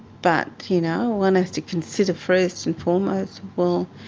but, you know, one has to consider first and foremost, well,